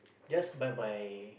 just by my